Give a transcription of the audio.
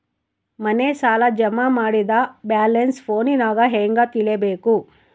ಮನೆ ಸಾಲ ಜಮಾ ಮಾಡಿದ ಬ್ಯಾಲೆನ್ಸ್ ಫೋನಿನಾಗ ಹೆಂಗ ತಿಳೇಬೇಕು?